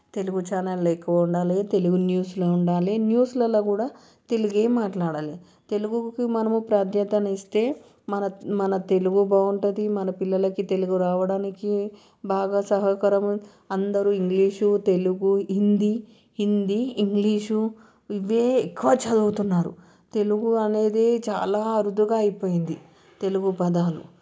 తెలుగు ఛానళ్ళు ఎక్కువ ఉండాలి తెలుగు న్యూస్లో ఉండాలి న్యూస్లలో కూడా తెలుగు మాట్లాడాలి తెలుగుకి మనము ప్రాధాన్యత ఇస్తే మన మన తెలుగు బాగుంటుంది మన పిల్లలకి తెలుగు రావడానికి బాగా సహకారం అందరు ఇంగ్లీషు తెలుగు హిందీ హిందీ ఇంగ్లీషు ఇవే ఎక్కువ చదువుతున్నారు తెలుగు అనేది చాలా అరుదుగా అయిపోయింది తెలుగు పదాలు